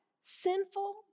sinful